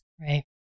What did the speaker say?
Right